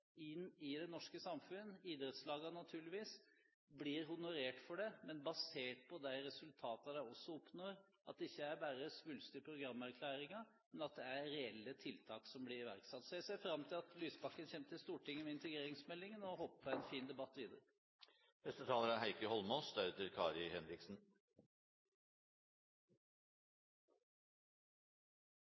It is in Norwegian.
inn i det norske samfunn, blir honorert for det, basert på de resultatene de oppnår, slik at det ikke bare blir svulstige programerklæringer, men at reelle tiltak blir iverksatt. Så jeg ser fram til at Lysbakken kommer til Stortinget med integreringsmeldingen og håper på en fin debatt videre. Det å delta i organisasjoner er